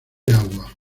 agua